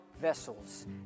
vessels